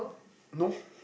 no